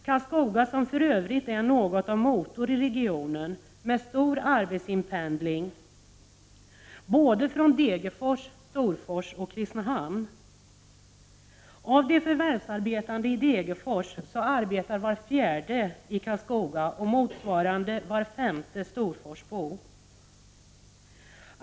Karlskoga är för övrigt något av motor i regionen, med stor arbetspendling från både Degerfors, Storfors och Kristinehamn. Av de förvärvsarbetande i Degerfors arbetar var fjärde i Karlskoga och motsvarande var femte storforsbo.